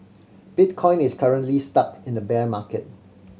bitcoin is currently stuck in a bear market